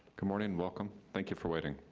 good morning, welcome. thank you for waiting.